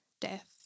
death